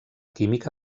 química